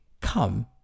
come